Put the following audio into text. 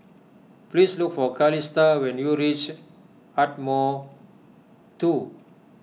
please look for Calista when you reach Ardmore two